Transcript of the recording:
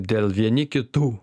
dėl vieni kitų